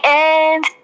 end